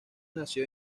nació